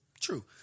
True